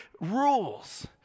rules